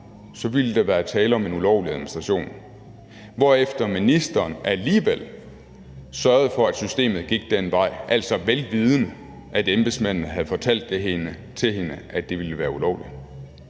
ville der være tale om en ulovlig administration, hvorefter ministeren alligevel sørgede for, at systemet gik den vej, altså vel vidende, at embedsmændene havde fortalt til hende, at det ville være ulovligt.